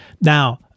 now